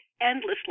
endlessly